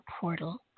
portal